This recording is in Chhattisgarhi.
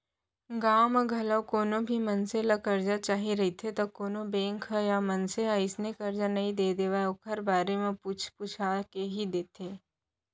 गाँव म घलौ कोनो भी मनसे ल करजा चाही रहिथे त कोनो बेंक ह या मनसे ह अइसने करजा नइ दे देवय ओखर बारे म पूछ पूछा के ही देथे